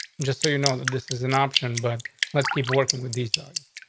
just so you know that this is an option. but let's keep working with these values.